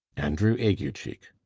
andrew aguecheek.